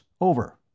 Over